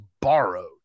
borrowed